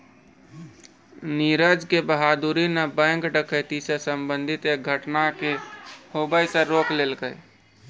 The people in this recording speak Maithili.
नीरज के बहादूरी न बैंक डकैती से संबंधित एक घटना के होबे से रोक लेलकै